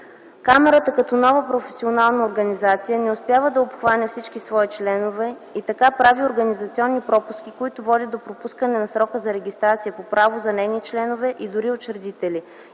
България като нова професионална организация не успява да обхване всички свои членове и така прави организационни пропуски, които водят до пропускане на срока за регистрация по право за нейни членове и дори учредители.